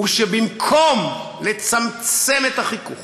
הוא שבמקום לצמצם את החיכוך